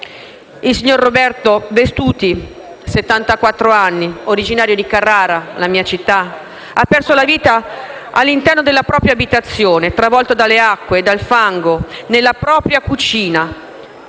Il signor Roberto Vestuti, settantaquattro anni, originario di Carrara, la mia città, ha perso la vita all'interno della propria abitazione, travolto dalle acque e dal fango, nella propria cucina.